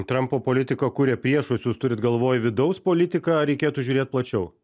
trampo politika kuria priešus jūs turit galvoj vidaus politiką ar reikėtų žiūrėt plačiau